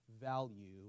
value